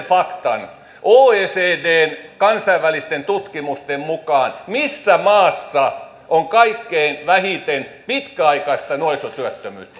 missä maassa oecdn kansainvälisten tutkimusten mukaan on kaikkein vähiten pitkäaikaista nuorisotyöttömyyttä